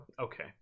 Okay